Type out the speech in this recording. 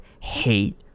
hate